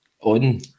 on